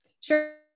Sure